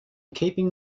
keeping